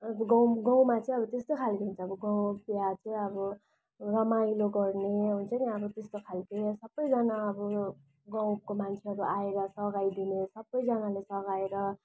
गाउँ गाउँमा चाहिँ अब त्यस्तै खालको हुन्छ अब गाउँको बिहा चाहिँ अब रमाइलो गर्ने हुन्छ नि अब त्यस्तो खालको सबैजाना अब गाउँको मान्छेहरू आएर सघाइदिने सबैजानाले सघाएर